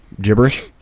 gibberish